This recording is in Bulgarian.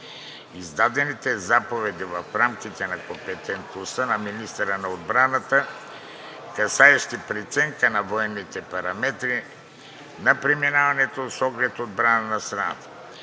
Издадените заповеди са в рамките на компетентността на министъра на отбраната, касаещи преценка на военните параметри на преминаването с оглед отбраната на страната.